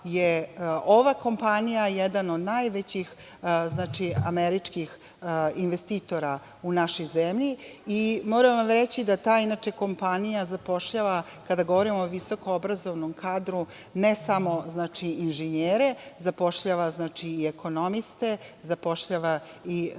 je ova kompanija jedan od najvećih američkih investitora u našoj zemlji. Moram vam reći da ta kompanija zapošljava, kada govorim o visoko obrazovnom kadru, ne samo inženjere, zapošljava i ekonomiste, zapošljava pravnike,